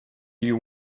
you